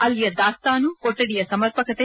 ಅಲ್ಲಿಯ ದಾಸ್ತಾನು ಕೊಠಡಿಯ ಸಮರ್ಪಕತೆ